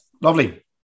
Lovely